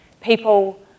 People